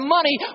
money